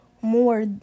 more